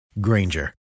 Granger